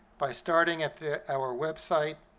by starting at our website,